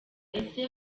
ese